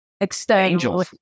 external